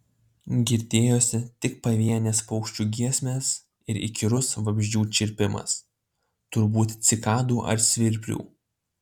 girdėjosi tik pavienės paukščių giesmės ir įkyrus vabzdžių čirpimas turbūt cikadų ar svirplių